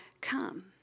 come